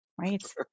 right